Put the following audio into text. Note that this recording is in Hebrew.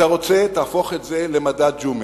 אתה רוצה, תהפוך את זה למדד ג'ומס: